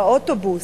באוטובוס.